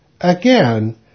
Again